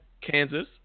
Kansas